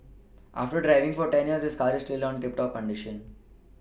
after driving for ten years his car is still on tip top condition